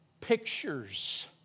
pictures